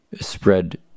spread